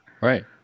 Right